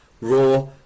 raw